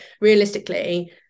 realistically